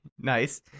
Nice